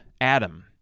Adam